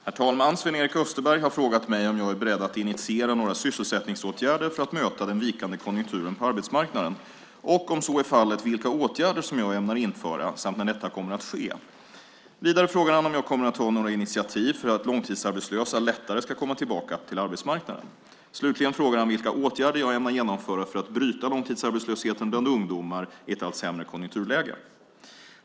Herr talman! Sven-Erik Österberg har frågat mig om jag är beredd att initiera några sysselsättningsåtgärder för att möta den vikande konjunkturen på arbetsmarknaden och, om så är fallet, vilka åtgärder jag ämnar införa samt när detta kommer att ske. Vidare frågar han om jag kommer att ta några initiativ för att långtidsarbetslösa lättare ska komma tillbaka till arbetsmarknaden. Slutligen frågar han vilka åtgärder jag ämnar genomföra för att bryta långtidsarbetslösheten bland ungdomar i ett allt sämre konjunkturläge.